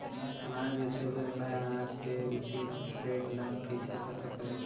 अनाज बेचे बर मैं अनाज के उचित रेट ल कइसे पता करो?